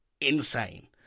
insane